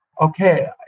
okay